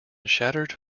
shattered